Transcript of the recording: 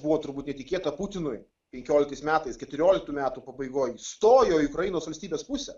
buvo turbūt netikėta putinui penkioliktais metais keturioliktų metų pabaigoj įstojo į ukrainos valstybės pusę